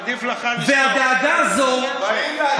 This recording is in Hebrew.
חבורת פרובוקטורים,